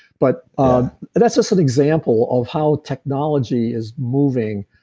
but um that's just an example of how technology is moving.